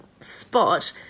spot